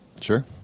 Sure